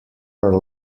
are